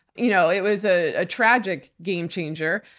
you know it was ah a tragic game changer.